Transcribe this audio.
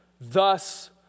Thus